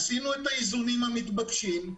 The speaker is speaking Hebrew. עשינו את האיזונים המתבקשים,